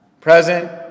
present